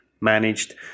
managed